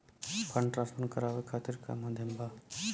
Fund transfer करवाये खातीर का का माध्यम बा?